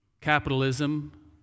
capitalism